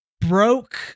broke